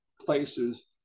places